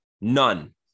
none